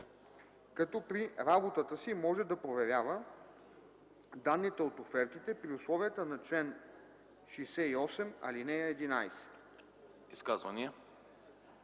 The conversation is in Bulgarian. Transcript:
като при работата си може да проверява данните от офертите при условията на чл. 68, ал. 11.”